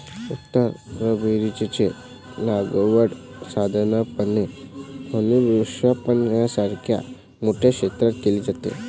उत्तर रबराची लागवड साधारणपणे वृक्षारोपणासारख्या मोठ्या क्षेत्रात केली जाते